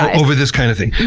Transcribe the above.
over this kind of thing.